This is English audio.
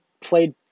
played